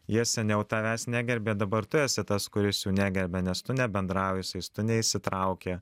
jie seniau tavęs negerbė dabar tu esi tas kuris negerbia nes tu nebendrauji su jais tu neįsitrauki